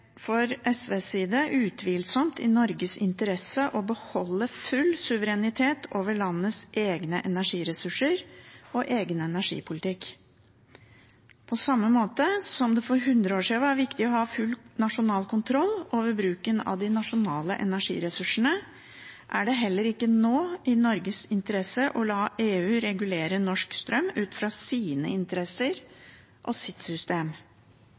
SVs side utvilsomt i Norges interesse å beholde full suverenitet over landets egne energiressurser og egen energipolitikk. På samme måte som det for 100 år siden var viktig å ha full nasjonal kontroll over bruken av de nasjonale energiressursene, er det heller ikke nå i Norges interesse å la EU regulere norsk strøm ut fra sine interesser og sitt system.